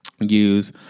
use